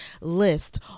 list